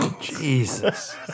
Jesus